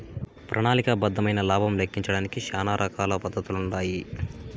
ప్రణాళిక బద్దమైన లాబం లెక్కించడానికి శానా రకాల పద్దతులుండాయి